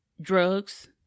drugs